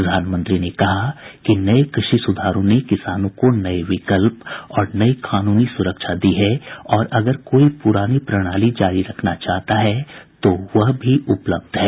प्रधानमंत्री ने जोर देकर कहा कि नए कृषि सुधारों ने किसानों को नए विकल्प और नई कानूनी सुरक्षा दी है और अगर कोई पुरानी प्रणाली जारी रखना चाहता है तो वह भी उपलब्ध है